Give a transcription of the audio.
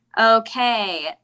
okay